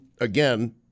again